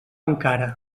encara